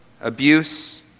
abuse